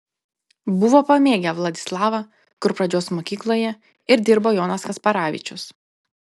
buvo pamėgę vladislavą kur pradžios mokykloje ir dirbo jonas kasparavičius